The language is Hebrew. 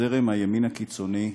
הוא זרם הימין הקיצוני,